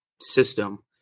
system